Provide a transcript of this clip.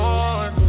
Lord